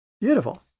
Beautiful